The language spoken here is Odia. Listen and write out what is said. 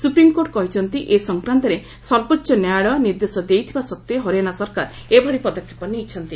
ସୁପ୍ରିମକୋର୍ଟ କହିଛନ୍ତି ଏ ସଂକ୍ରାନ୍ତରେ ସର୍ବୋଚ୍ଚ ନ୍ୟାୟାଳୟ ନିର୍ଦ୍ଦେଶ ଦେଇଥିବା ସତ୍ତ୍ୱେ ହରିଆନା ସରକାର ଏଭଳି ପଦକ୍ଷେପ ନେଇଛନ୍ତି